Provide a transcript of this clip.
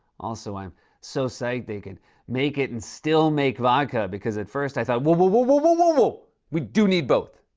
also, i'm so psyched they can make it and still make vodka, because, at first, i thought, whoa, whoa, whoa, whoa, whoa, whoa, whoa! we do need both!